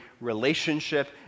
relationship